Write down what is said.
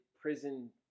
prison